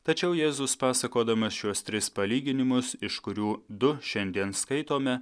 tačiau jėzus pasakodamas šiuos tris palyginimus iš kurių du šiandien skaitome